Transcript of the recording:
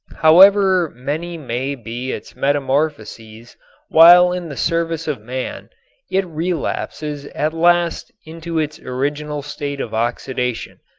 however many may be its metamorphoses while in the service of man it relapses at last into its original state of oxidation.